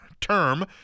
term